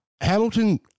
Hamilton